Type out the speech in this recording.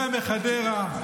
לאה מחדרה,